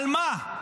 על מה?